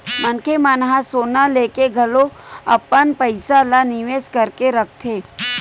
मनखे मन ह सोना लेके घलो अपन पइसा ल निवेस करके रखथे